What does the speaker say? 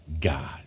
God